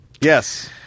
Yes